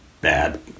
bad